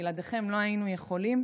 בלעדיכם לא היינו יכולים,